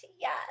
yes